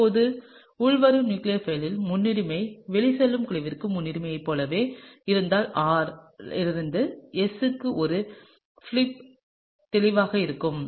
இப்போது உள்வரும் நியூக்ளியோபிலின் முன்னுரிமை வெளிச்செல்லும் குழுவிற்கான முன்னுரிமையைப் போலவே இருந்தால் R இலிருந்து S க்கு ஒரு பிலிப் தெளிவாக இருக்கும்